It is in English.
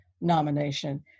nomination